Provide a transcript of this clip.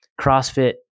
CrossFit